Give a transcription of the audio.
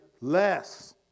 less